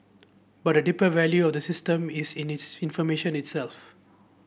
but the deeper value of the system is in needs information itself